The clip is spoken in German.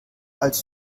als